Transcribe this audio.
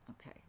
Okay